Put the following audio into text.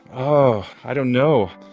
oh, i don't know.